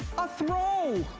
a throw.